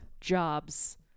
jobs